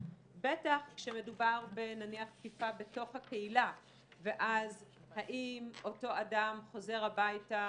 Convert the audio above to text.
בטח כשמדובר בתקיפה בתוך הקהילה ואז האם אותו אדם חוזר הביתה